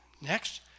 Next